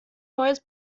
neues